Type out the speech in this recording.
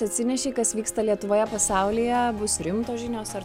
atsinešei kas vyksta lietuvoje pasaulyje bus rimtos žinios ar